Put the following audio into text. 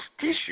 tissue